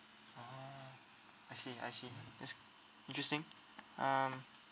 oh I see I see that's interesting um